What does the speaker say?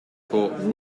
court